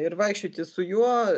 ir vaikščioti su juo